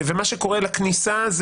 במקרה של כניסה,